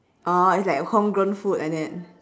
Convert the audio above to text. oh it's like homegrown food like that